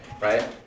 right